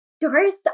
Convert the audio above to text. Doris